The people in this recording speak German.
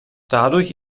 dadurch